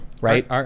right